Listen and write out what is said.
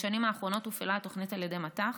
בשנים האחרונות הופעלה התוכנית על ידי מט"ח.